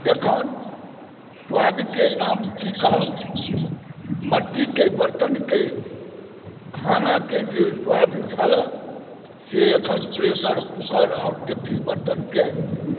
अखन स्वादके नाम की कहब मट्टीके बर्तनकेंँ खानाके जे स्वाद छल से अखन प्रेशर कुकर आओर डेकची बर्तनके नहि